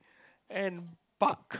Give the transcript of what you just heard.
and Buck